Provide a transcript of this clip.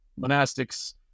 monastics